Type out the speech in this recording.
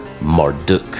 Marduk